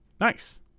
Nice